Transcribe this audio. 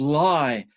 lie